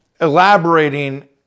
elaborating